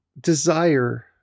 desire